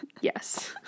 Yes